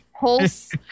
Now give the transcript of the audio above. Pulse